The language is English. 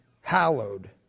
hallowed